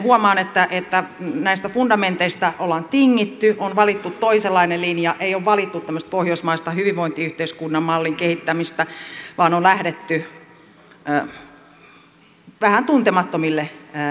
huomaan että näistä fundamenteista on tingitty on valittu toisenlainen linja ei ole valittu tämmöistä pohjoismaista hyvinvointiyhteiskunnan mallin kehittämistä vaan on lähdetty vähän tuntemattomille vesille